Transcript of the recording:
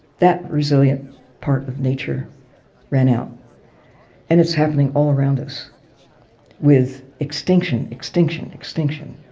that resilient part of nature ran out and it's happening all around us with extinction, extinction, extinction,